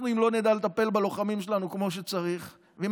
אם לא נדע לטפל בלוחמים שלנו כמו שצריך ואם